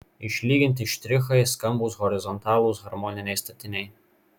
išlyginti štrichai skambūs horizontalūs harmoniniai statiniai